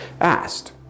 asked